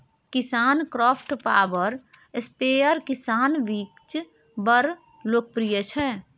KisanKraft power sprayer किसानक बीच बड़ लोकप्रिय छै